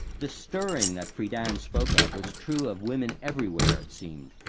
the stirring that friedan spoke of was true of women everywhere, it seemed.